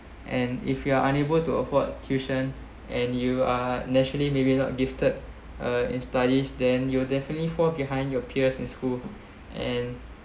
and if you are unable to afford tuition and you are naturally maybe not gifted uh in studies then you'll definitely fall behind your peers in school and